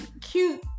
cute